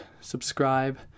subscribe